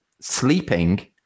sleeping